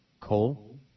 coal